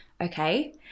okay